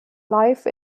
life